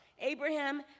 Abraham